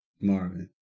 Marvin